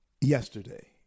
yesterday